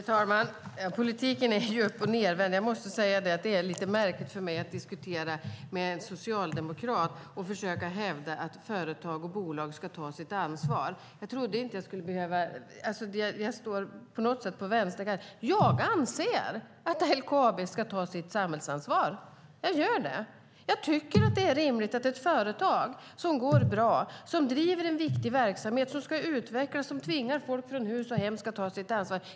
Herr talman! Politiken är uppochnedvänd. Det är lite märkligt för mig att diskutera med en socialdemokrat och försöka hävda att företag och bolag ska ta sitt ansvar. Jag står på något sätt på vänsterkanten. Jag anser att LKAB ska ta sitt samhällsansvar. Jag tycker att det är rimligt att ett företag som går bra, som driver en viktig verksamhet som ska utvecklas och som tvingar folk från hus och hem ska ta sitt ansvar.